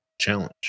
challenge